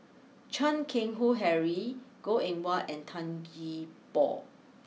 Chan Keng Howe Harry Goh Eng Wah and Tan Gee Paw